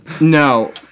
no